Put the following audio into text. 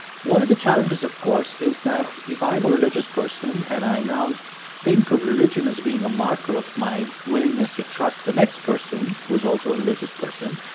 one of the challenges, of course, is that, if i'm a religious person, and i now think of religion as being a marker of my willingness to trust the next person who's also a religious person,